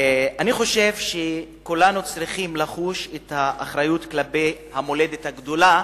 אני חושב שכולנו צריכים לחוש את האחריות כלפי המולדת הגדולה,